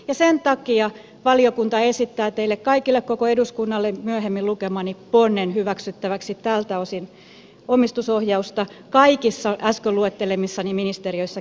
sen takia valiokunta esittää teille kaikille koko eduskunnalle myöhemmin lukemani ponnen hyväksyttäväksi tältä osin omistusohjausta kaikissa äsken luettelemissani ministeriöissä kehitettäväksi